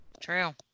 true